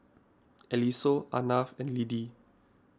Eliseo Arnav and Lidie